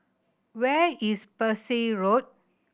where is Parsi Road